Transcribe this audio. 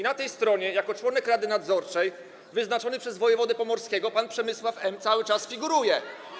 Na tej stronie jako członek rady nadzorczej wyznaczony przez wojewodę pomorskiego pan Przemysław M. cały czas figuruje.